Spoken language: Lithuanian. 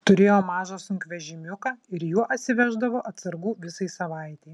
turėjo mažą sunkvežimiuką ir juo atsiveždavo atsargų visai savaitei